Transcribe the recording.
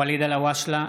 (קורא בשמות חברי הכנסת) ואליד אלהואשלה,